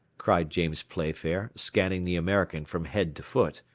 cried james playfair, scanning the american from head to foot.